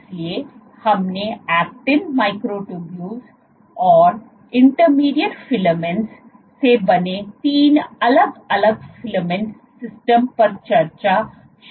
इसलिए हमने actin microtubules और इंटरमीडिएट फिलामेंट्स से बने तीन अलग अलग फिलामेंट सिस्टम पर चर्चा शुरुआत की थी